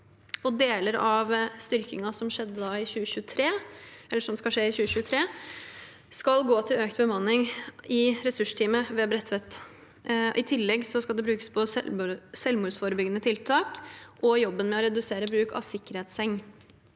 Deler av styrkingen som skal skje i 2023, skal gå til økt bemanning i ressursteamet ved Bredtveit. I tillegg skal det brukes på selvmordsforebyggende tiltak og jobben med å redusere bruk av sikkerhetsseng.